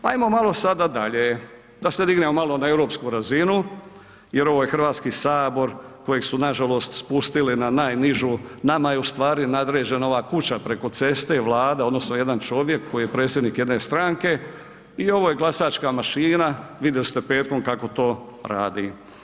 Ajmo malo sada dalje, da se dignemo malo na europsku razinu jer ovo je Hrvatski sabor kojeg su nažalost spustili na najnižu, nama je ustvari nadređena ova kuća preko ceste, Vlada odnosno jedan čovjek koji je predsjednik jedne stranke i ovo je glasačka mašina, vidjeli ste petkom kako to radi.